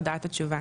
הודעת התשובה):